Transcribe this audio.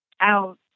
out